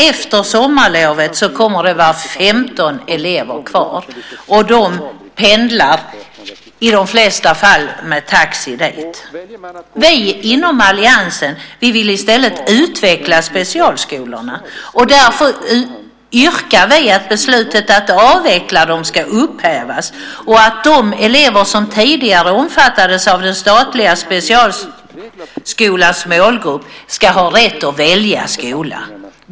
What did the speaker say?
Efter sommarlovet kommer det att vara 15 elever kvar, och de pendlar i de flesta fall med taxi dit. Vi inom alliansen vill i stället utveckla specialskolorna, och därför yrkar vi att beslutet att avveckla dem ska upphävas och att de elever som tidigare omfattades av den statliga specialskolans målgrupp ska ha rätt att välja skola.